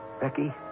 Becky